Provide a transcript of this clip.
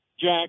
Jack